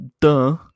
Duh